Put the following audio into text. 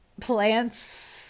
plants